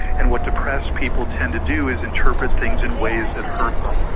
and what depressed people tend to do is interpret things in ways that hurt them.